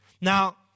Now